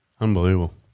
Unbelievable